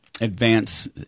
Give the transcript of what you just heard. advance